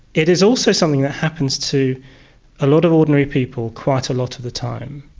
it is also something that happens to a lot of ordinary people quite a lot of the time,